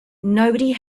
nobody